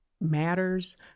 matters